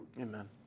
Amen